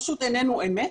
פשוט איננו אמת.